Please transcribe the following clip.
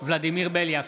ולדימיר בליאק,